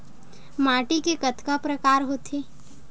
माटी के कतका प्रकार होथे?